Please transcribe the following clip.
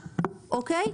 אוקיי?